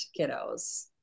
kiddos